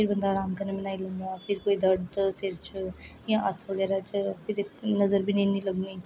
फिर बंदा आराम कन्नै बनाई लेंदा फिर कोई दर्द सिर च जां हत्थ बगैरा च फिर नजर बी नेईं इन्नी लग्गनी